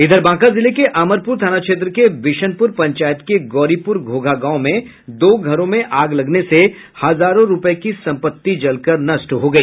इधर बांका जिले के अमरपुर थाना क्षेत्र के विशनपुर पंचायत के गौरीपुर घोघा गांव में दो घरों में आग लगने से हजारों रूपये की संपत्ति जलकर नष्ट हो गई